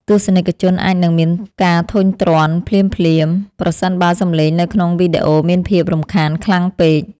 ទស្សនិកជនអាចនឹងមានការធុញទ្រាន់ភ្លាមៗប្រសិនបើសំឡេងនៅក្នុងវីដេអូមានភាពរំខានខ្លាំងពេក។